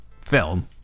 film